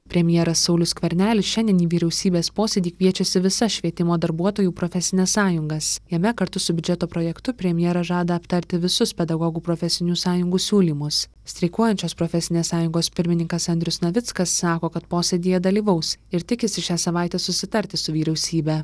premjeras saulius skvernelis šiandien į vyriausybės posėdį kviečiasi visas švietimo darbuotojų profesines sąjungas jame kartu su biudžeto projektu premjeras žada aptarti visus pedagogų profesinių sąjungų siūlymus streikuojančios profesinės sąjungos pirmininkas andrius navickas sako kad posėdyje dalyvaus ir tikisi šią savaitę susitarti su vyriausybe